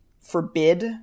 forbid